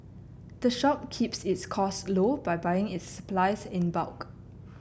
the shop keeps its cost low by buying its supplies in bulk